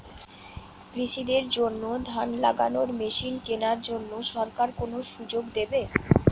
কৃষি দের জন্য ধান লাগানোর মেশিন কেনার জন্য সরকার কোন সুযোগ দেবে?